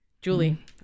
Julie